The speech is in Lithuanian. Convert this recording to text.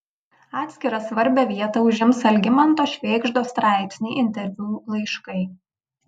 atskirą svarbią vietą užims algimanto švėgždos straipsniai interviu laiškai